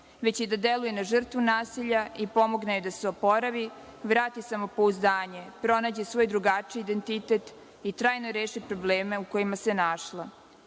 već i da deluje na žrtvu nasilja i pomogne joj da se oporavi, vrati samopouzdanje, pronađe svoj drugačiji identitet i trajno reši probleme u kojima se